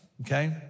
okay